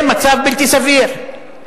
זה מצב בלתי סביר.